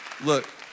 Look